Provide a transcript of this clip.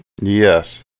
Yes